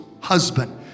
husband